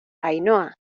ainhoa